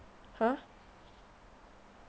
!huh!